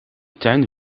tuin